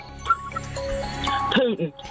Putin